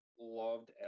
loved